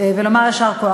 היום ולומר יישר כוח.